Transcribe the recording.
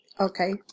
Okay